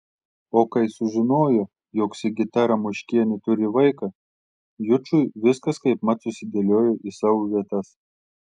o kai sužinojo jog sigita ramoškienė turi vaiką jučui viskas kaipmat susidėliojo į savo vietas